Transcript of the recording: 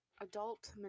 adult